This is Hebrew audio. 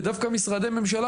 ודווקא משרדי ממשלה,